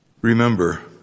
Remember